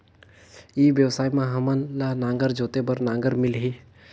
ई व्यवसाय मां हामन ला नागर जोते बार नागर मिलही?